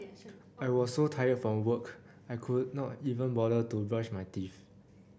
I was so tired from work I could not even bother to brush my teeth